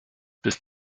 bis